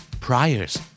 Priors